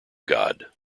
god